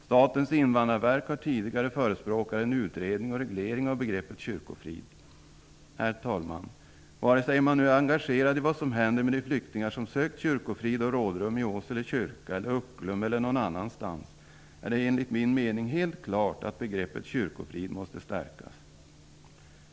Statens invandrarverk har tidigare förespråkat en utredning och reglering av begreppet kyrkofrid. Herr talman! Vare sig man nu är engagerad i vad som händer med de flyktingar som sökt kyrkofrid och rådrum i Åsele kyrka, Ucklum eller någon annanstans, är det enligt min mening helt klart att begreppet kyrkofrid måste stärkas.